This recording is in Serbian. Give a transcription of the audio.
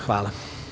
Hvala.